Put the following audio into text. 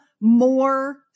more